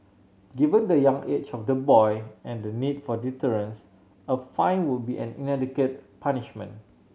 given the young age of the boy and the need for deterrence a fine would be an inadequate punishment